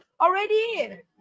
already